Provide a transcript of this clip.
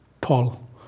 Paul